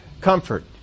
comfort